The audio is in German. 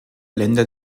länder